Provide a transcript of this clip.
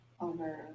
over